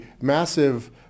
massive